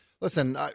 listen